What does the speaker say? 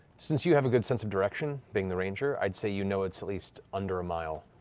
since you have a good sense of direction, being the ranger, i'd say you know it's at least under a mile.